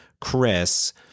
Chris